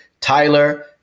Tyler